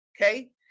Okay